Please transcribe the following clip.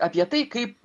apie tai kaip